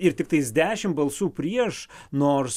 ir tiktais dešim balsų prieš nors